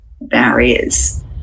barriers